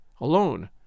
alone